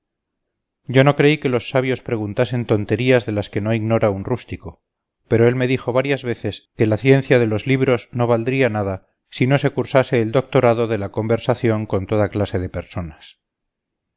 yo no creí que los sabios preguntasen tonterías de las que no ignora un rústico pero él me dijo varias veces que la ciencia de los libros no valdría nada si no se cursase el doctorado de la conversación con toda clase de personas